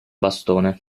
bastone